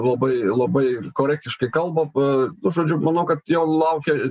labai labai korektiškai kalba žodžiu manau kad jo laukia